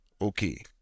okay